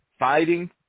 fighting